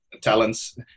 Talents